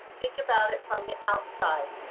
think about it from the outside.